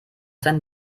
sein